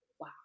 wow